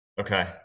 Okay